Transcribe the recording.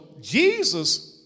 Jesus